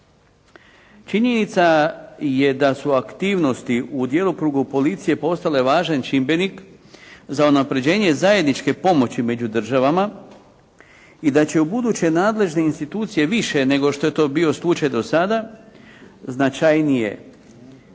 Činjenica je da su aktivnosti u djelokrugu policije postale važan čimbenik za unapređenje zajedničke pomoći među državama i da će ubuduće nadležne institucije više nego što je to bio slučaj do sada značajnije